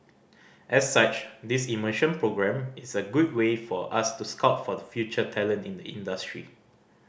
as such this immersion programme is a good way for us to scout for the future talent in the industry